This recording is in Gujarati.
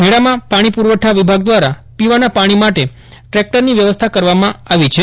મેળામાં પાણી પુરવઠા વિભાગ દ્વારા પીવાનાં પાણી માટે ટ્રેક્ટરની વ્યવસ્થા કરવામાં આવી છે